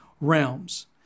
realms